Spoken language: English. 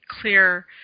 clear